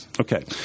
Okay